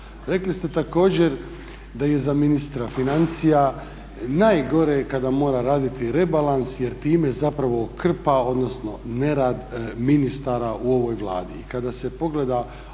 Rekli ste također da je za ministra financija najgore kada mora raditi rebalans jer time zapravo krpa odnosno nerad ministara u ovoj Vladi.